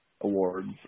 awards